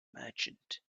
merchant